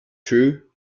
true